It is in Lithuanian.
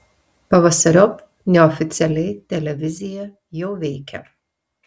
pavasariop neoficialiai televizija jau veikia